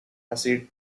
hussite